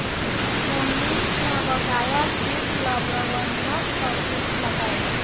मोहनीश न बकाया सूद ल प्रबंधक स पूछलकै